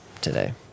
today